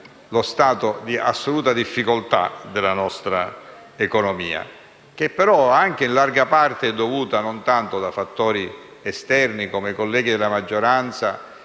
lo stato di assoluta difficoltà della nostra economia, che però in larga parte non è dovuto a fattori esterni, come i colleghi della maggioranza